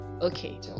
okay